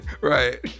right